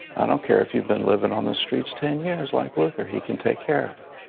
i don't care if you've been living on the streets ten years like luther, he can take care of it.